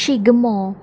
Shigmo